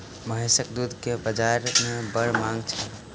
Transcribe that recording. महीसक दूध के बाजार में बड़ मांग छल